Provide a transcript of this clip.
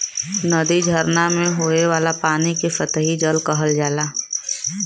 नदी, झरना में होये वाला पानी के सतही जल कहल जाला